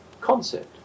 concept